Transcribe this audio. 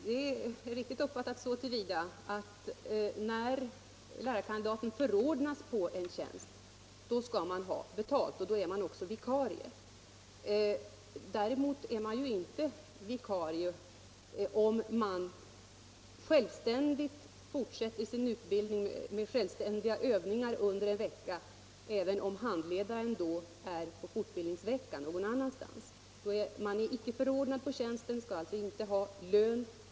Herr talman! Det är riktigt uppfattat så till vida att en lärarkandidat som förordnas på en tjänst skall ha betalt. Då är man också vikarie. Däremot är man inte vikarie om man fortsätter sin utbildning med självständiga övningar under en vecka — även om handledaren då är på fortbildning någon annanstans. Man är icke förordnad för tjänsten och skall alltså inte ha lön.